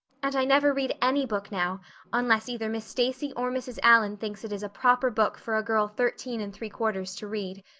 and i never read any book now unless either miss stacy or mrs. allan thinks it is a proper book for a girl thirteen and three-quarters to read.